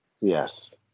Yes